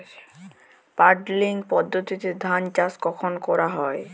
Puddling পদ্ধতিতে ধান চাষ কখন করা হয়?